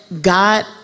God